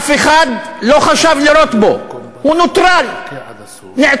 אף אחד לא חשב לירות בו, הוא נוטרל, נעצר,